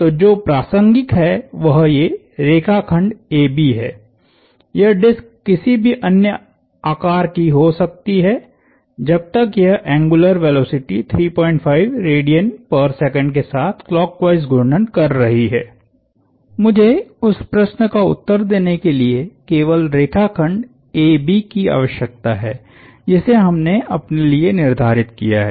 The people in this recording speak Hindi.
तो जो प्रासंगिक है वह ये रेखाखंड AB है यह डिस्क किसी भी अन्य आकार की हो सकती है जब तक यह एंग्युलर वेलोसिटीके साथ क्लॉकवाईस घूर्णन कर रही है मुझे उस प्रश्न का उत्तर देने के लिए केवल रेखाखंड AB की आवश्यकता है जिसे हमने अपने लिए निर्धारित किया है